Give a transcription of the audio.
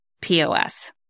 POS